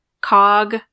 Cog